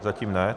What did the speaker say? Zatím ne.